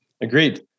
Agreed